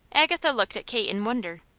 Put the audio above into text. agatha looked at kate in wonder.